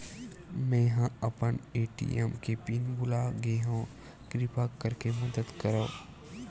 मेंहा अपन ए.टी.एम के पिन भुला गए हव, किरपा करके मदद करव